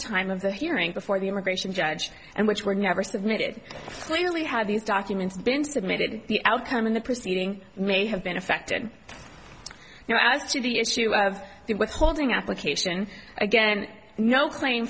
time of the hearing before the immigration judge and which were never submitted clearly had these documents been submitted the outcome in the proceeding may have been affected now as to the issue of the withholding application again and no claim